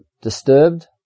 disturbed